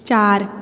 ਚਾਰ